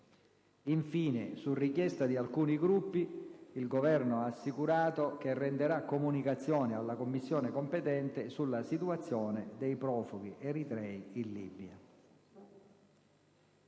Infine, su richiesta di alcuni Gruppi, il Governo ha assicurato che renderà comunicazioni alla Commissione competente sulla situazione dei profughi eritrei in Libia.